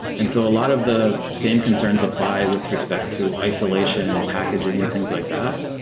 and so a lot of the same concerns apply with respect to isolation and packaging and things like that,